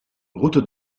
route